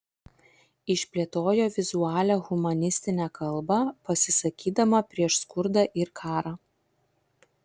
išplėtojo vizualią humanistinę kalbą pasisakydama prieš skurdą ir karą